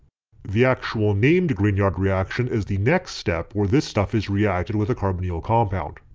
the actual named grignard reaction is the next step where this stuff is reacted with a carbonyl compound.